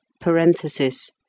Parenthesis